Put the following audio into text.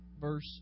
verse